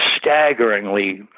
staggeringly